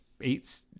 eight